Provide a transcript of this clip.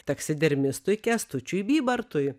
taksidermistui kęstučiui bybartui